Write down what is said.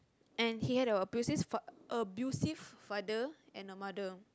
and he had a abusive fa~ abusive father and a mother